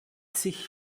sich